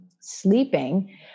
sleeping